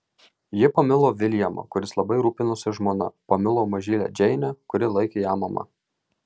ji pamilo viljamą kuris labai rūpinosi žmona pamilo mažylę džeinę kuri laikė ją mama